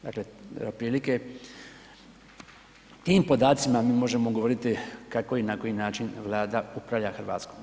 Dakle, otprilike o tim podacima mi možemo govoriti kako i na koji način Vlada upravlja Hrvatskom.